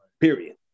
period